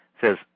says